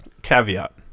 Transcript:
Caveat